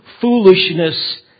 foolishness